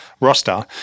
roster